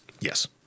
Yes